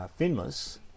finless